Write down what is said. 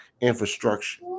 infrastructure